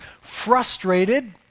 frustrated